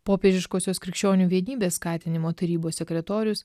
popiežiškosios krikščionių vienybės skatinimo tarybos sekretorius